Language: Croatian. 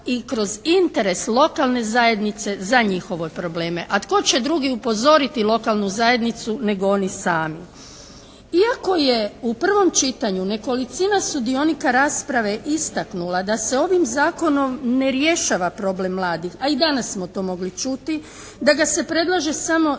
Iako je u prvom čitanju nekolicina sudionika rasprave istaknula da se ovim Zakonom ne rješava problem mladih, a i danas smo to mogli čuti da ga se predlaže samo